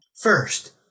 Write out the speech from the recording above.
First